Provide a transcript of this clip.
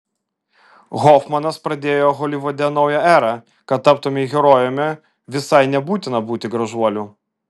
hofmanas pradėjo holivude naują erą kad taptumei herojumi visai nebūtina būti gražuoliu